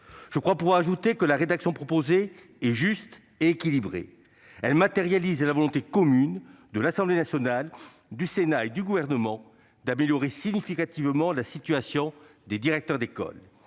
Je crois pouvoir ajouter que la rédaction proposée est juste et équilibrée. Elle matérialise la volonté commune de l'Assemblée nationale, du Sénat et du Gouvernement d'améliorer significativement la situation des directeurs d'école.